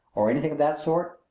or anything of that sort,